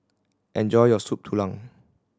enjoy your Soup Tulang